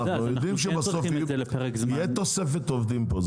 אנחנו יודעים שבסוף תהיה תוספת עובדים פה,